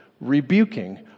rebuking